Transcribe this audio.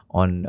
on